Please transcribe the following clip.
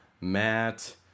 Matt